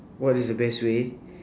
what is the best way